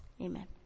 Amen